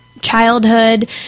childhood